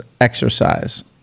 exercise